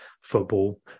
football